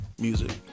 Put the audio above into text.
music